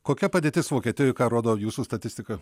kokia padėtis vokietijoj ką rodo jūsų statistika